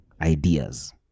ideas